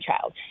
child